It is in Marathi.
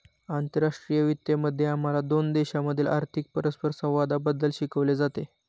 आंतरराष्ट्रीय वित्त मध्ये आम्हाला दोन देशांमधील आर्थिक परस्परसंवादाबद्दल शिकवले जाते